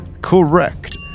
Correct